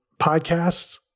podcasts